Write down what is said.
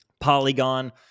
Polygon